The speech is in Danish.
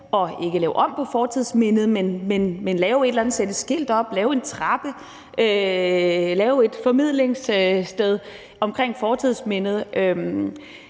– ikke at lave om på fortidsmindet, men lave et eller andet: sætte et skilt op, lave en trappe, lave et formidlingssted omkring fortidsmindet,